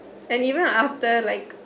and even after like